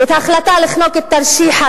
את ההחלטה לחנוק את תרשיחא,